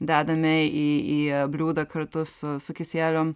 dedame į į bliūdą kartu su su kisielium